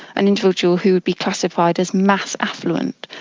an individual who would be classified as mass affluent.